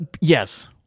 yes